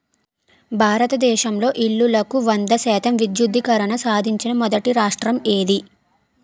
భారతదేశంలో ఇల్లులకు వంద శాతం విద్యుద్దీకరణ సాధించిన మొదటి రాష్ట్రం ఏది?